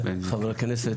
חבר הכנסת,